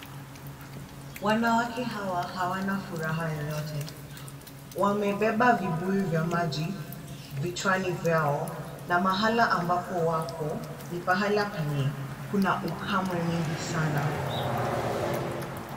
Wanawake hawa hawana furaha yoyote. Wamebeba vibuyu vya maji vichwani vyao na mahala ambako wako, ni pahala penye kuna ukame mingi sana.